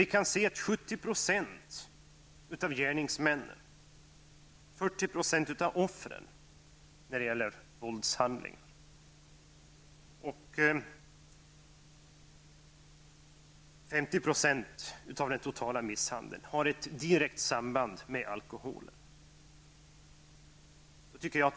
Vi kan konstatera att 70 % av gärningsmännen och 40 % av offren i samband med våldshandlingar är alkoholpåverkade och att 50 % av fallen när det gäller den totala misshandeln har direkt samband med alkoholen.